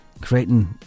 creating